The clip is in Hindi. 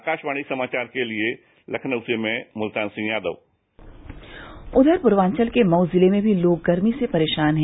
आकाशवाणी समाचार के लिए लखनऊ से में मुल्तान सिंह यादव उधर पूर्वांचल के मऊ जिले में भी लोग गर्मी से परेशान हैं